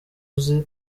uzi